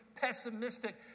pessimistic